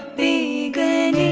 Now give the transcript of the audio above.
the good